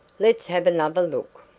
let's have another look.